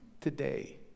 today